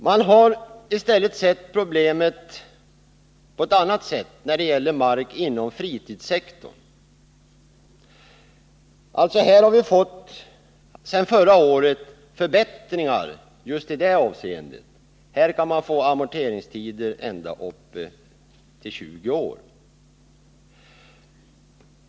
Man har i stället sett problemet på ett annat sätt när det gäller mark inom fritidssektorn, Här har vi sedan förra året fått förbättringar just i det avseendet. Man kan få amorteringstider på ända upp till 20 år.